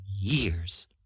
years